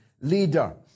leader